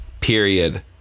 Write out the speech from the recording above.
Period